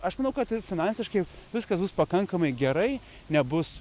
aš manau kad finansiškai viskas bus pakankamai gerai nebus